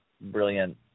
brilliant